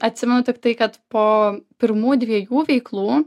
atsimenu tiktai kad po pirmų dviejų veiklų